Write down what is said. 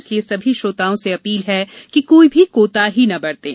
इसलिए सभी श्रोताओं से अपील है कि कोई भी कोताही न बरतें